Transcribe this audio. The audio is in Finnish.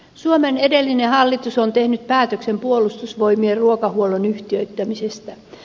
suomen edellinen hallitus on tehnyt päätöksen puolustusvoimien ruokahuollon yhtiöittämisestä